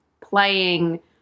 playing